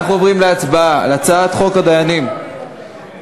אנחנו עוברים להצבעה על הצעת חוק הדיינים (תיקון,